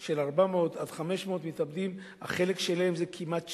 של 400 500 מתאבדים, החלק שלהם זה כמעט שליש.